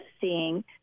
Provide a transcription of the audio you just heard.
seeing